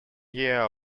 year